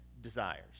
desires